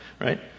right